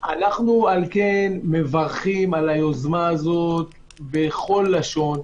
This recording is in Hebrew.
על כן אנחנו מברכים על היוזמה הזאת בכל לשון.